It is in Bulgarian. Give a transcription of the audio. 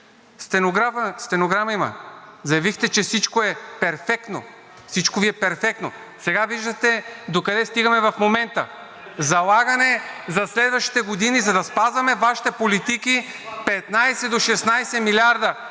Стенограма има – заявихте, че всичко Ви е перфектно. Сега виждате докъде стигаме в момента – залагане за следващите години, за да спазваме Вашите политики – 15 до 16 милиарда.